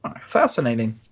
Fascinating